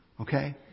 Okay